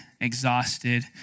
exhausted